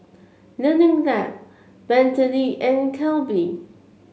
Learning Lab Bentley and Calbee